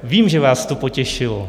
Vím, že vás to potěšilo.